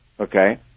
okay